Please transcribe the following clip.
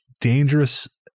dangerous